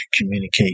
communicate